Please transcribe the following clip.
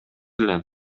элем